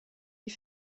die